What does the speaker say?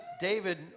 David